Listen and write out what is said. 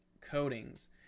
coatings